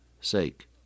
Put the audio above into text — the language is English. sake